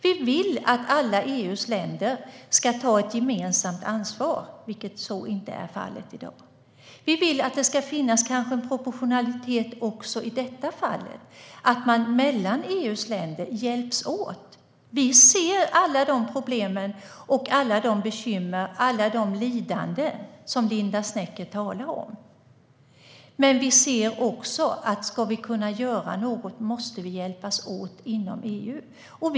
Vi vill att alla EU:s länder ska ta ett gemensamt ansvar, vilket inte är fallet i dag. Vi vill att det ska finnas en proportionalitet också i detta fall, så att man hjälps åt mellan EU:s länder. Vi ser alla de problem och bekymmer och alla de lidanden som Linda Snecker talar om, men vi ser också att vi måste hjälpas åt inom EU om vi ska kunna göra något.